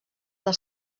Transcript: del